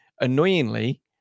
Annoyingly